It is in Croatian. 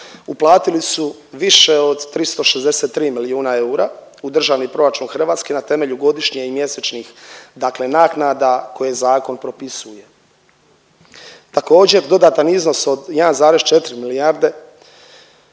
uplatili su više od 363 milijuna eura u državni proračun Hrvatske na temelju godišnje i mjesečnih dakle naknada koje zakon propisuje. Također, dodatan iznos od 1,4 milijarde